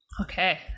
Okay